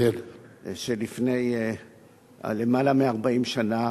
שלפני למעלה מ-40 שנה